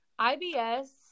IBS